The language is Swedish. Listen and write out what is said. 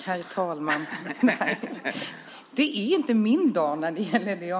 Herr talman!